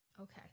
Okay